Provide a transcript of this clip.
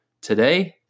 today